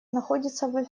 находится